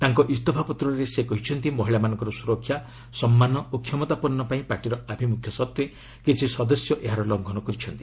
ତାଙ୍କ ଇଞ୍ଚଫାପତ୍ରରେ ସେ କହିଛନ୍ତି ମହିଳାମାନଙ୍କର ସୁରକ୍ଷା ସମ୍ମାନ ଓ କ୍ଷମତାପନ୍ନ ପାଇଁ ପାର୍ଟିର ଆଭିମୁଖ୍ୟ ସତ୍ତ୍ୱେ କିଛି ସଦସ୍ୟ ଏହାର ଲଙ୍ଘନ କରିଛନ୍ତି